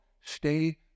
stay